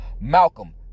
Malcolm